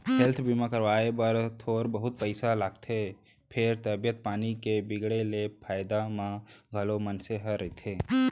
health बीमा करवाए बर थोर बहुत पइसा लागथे फेर तबीयत पानी के बिगड़े ले फायदा म घलौ मनसे ह रहिथे